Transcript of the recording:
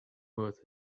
worth